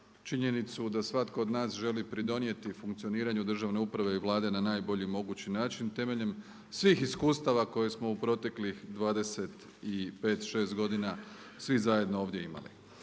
činjenicu da svatko od nas želi pridonijeti funkcioniranju državne uprave i Vlade na najbolji mogući način temeljem svih iskustava koje smo u proteklih 25, 26 godina svi zajedno ovdje imali.